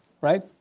Right